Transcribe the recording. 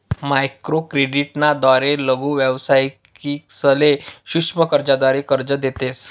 microcredit ना द्वारे लघु व्यावसायिकसले सूक्ष्म कर्जाद्वारे कर्ज देतस